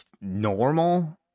normal